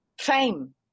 fame